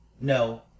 No